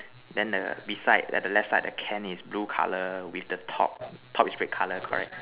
then the beside at the left side the can is blue colour with the top top is red colour correct